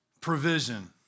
provision